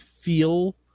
feel